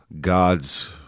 God's